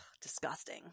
disgusting